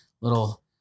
little